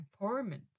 empowerment